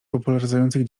popularyzujących